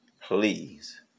Please